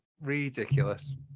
ridiculous